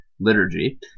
liturgy